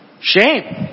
Shame